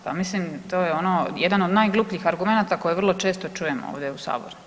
Pa mislim to je ono jedan od najglupljih argumenata koje vrlo često čujemo ovdje u sabornici.